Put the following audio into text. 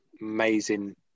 amazing